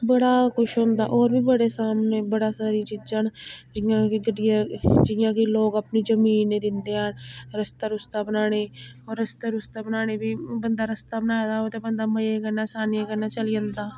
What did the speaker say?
बड़ा कुछ होंदा होर बी बड़े सामने बड़ा सारी चीज़ां न जियां कि गड्डिया जियां कि लोक अपनी जमीन नी दिंदे हैन रस्ता रुस्ता बनाने गी रस्ता रुस्ता बनाने फ्ही बंदा रस्ता बनाए दा होऐ ते बन्दा मज़े कन्नै असानी कन्नै चली जंदा